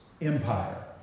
empire